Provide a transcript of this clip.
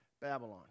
Babylon